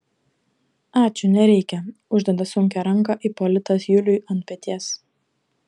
ačiū nereikia uždeda sunkią ranką ipolitas juliui ant peties